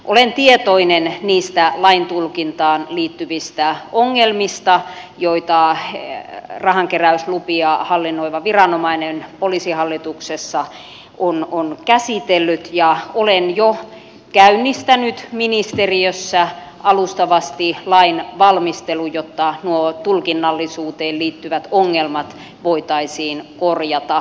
olen tietoinen niistä lain tulkintaan liittyvistä ongelmista joita rahankeräyslupia hallinnoiva viranomainen poliisihallituksessa on käsitellyt ja olen jo käynnistänyt ministeriössä alustavasti lain valmistelun jotta nuo tulkinnallisuuteen liittyvät ongelmat voitaisiin korjata